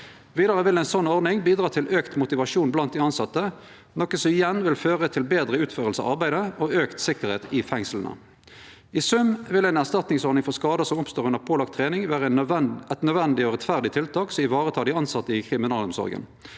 Vidare vil ei slik ordning bidra til auka motivasjon blant dei tilsette, noko som igjen vil føre til betre utføring av arbeidet og auka tryggleik i fengsla. I sum vil ei erstatningsordning for skadar som oppstår under pålagd trening, vere eit nødvendig og rettferdig tiltak som varetek dei tilsette i kriminalomsorga.